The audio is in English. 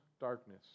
darkness